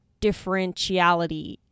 differentiality